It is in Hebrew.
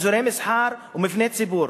אזורי מסחר ומבני ציבור.